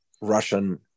russian